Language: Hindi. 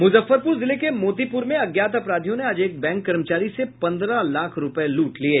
मुजफ्फरपुर जिले के मोतिपुर में अज्ञात अपराधियों ने आज एक बैंक कर्मचारी से पंद्रह लाख रूपये लूट लिये